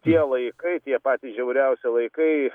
tie laikai tie patys žiauriausi laikai